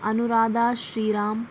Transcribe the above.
Anuradha Sriram